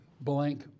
blank